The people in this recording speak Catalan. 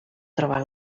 trobar